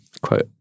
Quote